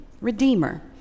redeemer